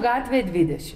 gatvė dvidešim